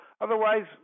Otherwise